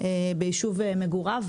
ביישוב מגוריו.